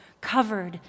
covered